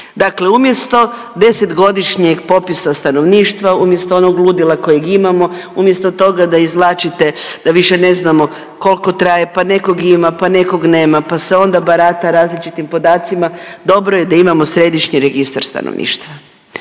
Dakle umjesto 10 godišnjeg popisa stanovništva, umjesto onog ludila kojeg imamo, umjesto toga da izvlačite da više ne znamo koliko traje pa nekog ima pa nekog nema pa se onda barata različitim podacima, dobro je da imamo središnji registar stanovništva.